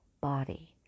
body